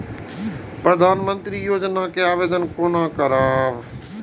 प्रधानमंत्री योजना के आवेदन कोना करब?